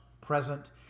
present